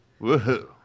woohoo